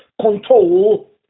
control